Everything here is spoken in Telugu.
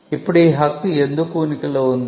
ఇప్పుడు ఈ హక్కు ఎందుకు ఉనికిలో ఉంది